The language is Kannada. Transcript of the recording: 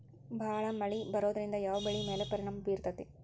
ಭಾಳ ಮಳಿ ಬರೋದ್ರಿಂದ ಯಾವ್ ಬೆಳಿ ಮ್ಯಾಲ್ ಪರಿಣಾಮ ಬಿರತೇತಿ?